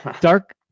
Dark